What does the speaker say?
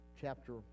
chapter